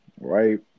right